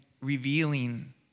revealing